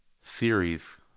series